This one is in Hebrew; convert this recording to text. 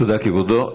תודה, כבודו.